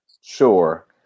Sure